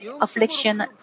affliction